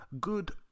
Good